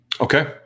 okay